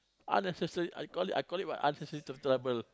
unnecessary I call it I call it what unnecessary to trouble